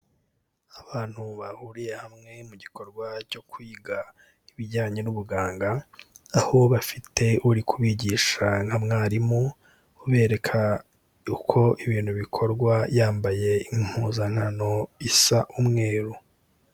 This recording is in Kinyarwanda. Abantu bahuriye hamwe mu gikorwa cyo kwiga ibijyanye n'ubuganga, aho bafite uri kubigisha nka mwarimu, ubereka uko ibintu bikorwa yambaye impuzankano isa umweru.